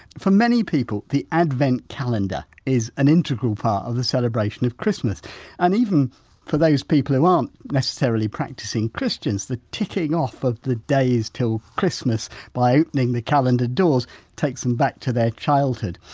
for many people, the advent calendar is an integral part of the celebration of christmas and even for those people who aren't necessarily practising christians the ticking off of the days till christmas by opening the calendar doors takes them back to their childhood.